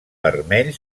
vermell